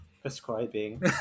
prescribing